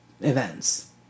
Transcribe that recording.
events